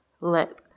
let